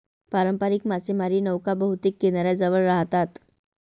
पारंपारिक मासेमारी नौका बहुतेक किनाऱ्याजवळ राहतात